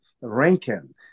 Rankin